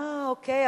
אה, אוקיי.